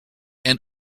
and